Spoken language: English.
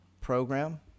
program